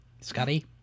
Scotty